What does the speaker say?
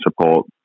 support